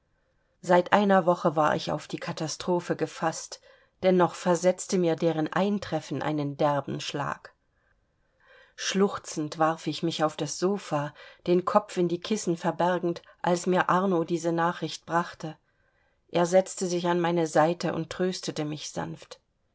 seit einer woche war ich auf die katastrophe gefaßt dennoch versetzte mir deren eintreffen einen derben schlag schluchzend warf ich mich auf das sofa den kopf in die kissen verbergend als mir arno diese nachricht brachte er setzte sich an meine seite und tröstete mich sanft